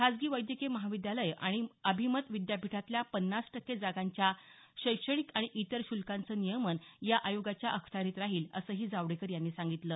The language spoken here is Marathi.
खाजगी वैद्यकीय महाविद्यालयं आणि अभिमत विद्यापीठांतल्या पन्नास टक्के जागांच्या शैक्षणिक आणि इतर श्ल्कांचं नियमन या आयोगाच्या अखत्यारीत राहील असं जावडेकर यांनी सांगितलं